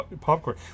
popcorn